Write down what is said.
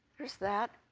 there's that.